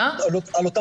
אותם